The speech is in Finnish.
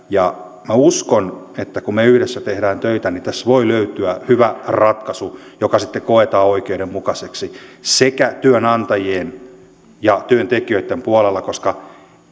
ja minä uskon että kun me yhdessä teemme töitä niin tässä voi löytyä hyvä ratkaisu joka sitten koetaan oikeudenmukaiseksi sekä työnantajien että työntekijöitten puolella koska